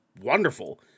wonderful